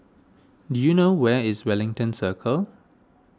do you know where is Wellington Circle